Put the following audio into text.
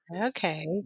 Okay